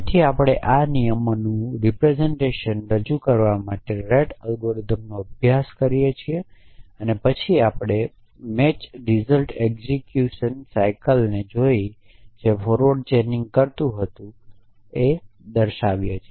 તેથી આપણે આ નિયમોનું પ્રતિનિધિત્વ રજૂ કરવા માટે રેટ અલ્ગોરિધમ નો અભ્યાસ કરીએ છીએ અને પછી આપણે દર્શાવ્યું કે આ મેચ એક્ઝેક્યુટ સાઇકલને ફોરવર્ડ ચેઇનિંગ કરે છે